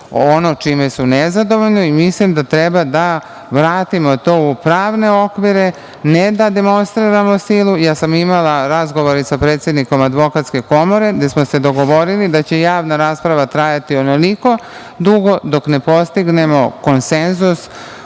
ono čime su nezadovoljni. Mislim da treba da vratimo to u pravne okvire, a ne da demonstriramo silu. Imala sam razgovore sa predsednikom Advokatske komore, gde smo se dogovorili da će javna rasprava trajati onoliko dugo dok ne postignemo konsenzus